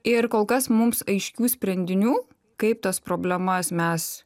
ir kol kas mums aiškių sprendinių kaip tas problemas mes